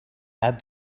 add